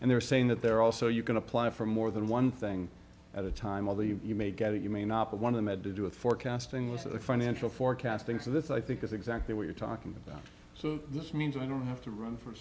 and they're saying that they're also you can apply for more than one thing at a time of the you may get it you may not but one of them had to do with forecasting with the financial forecasting so this i think is exactly what you're talking about so this means i don't have to run for